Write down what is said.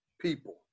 people